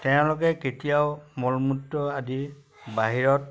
তেওঁলোকে কেতিয়াও মল মূত্ৰ আদি বাহিৰত